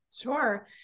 Sure